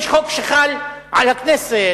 יש חוק שחל על הכנסת,